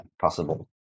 possible